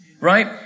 Right